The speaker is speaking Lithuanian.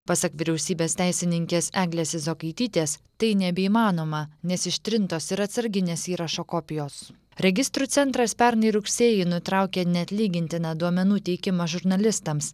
pasak vyriausybės teisininkės eglės izokaitytės tai nebeįmanoma nes ištrintos ir atsarginės įrašo kopijos registrų centras pernai rugsėjį nutraukė neatlygintiną duomenų teikimą žurnalistams